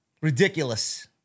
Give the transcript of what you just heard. Ridiculous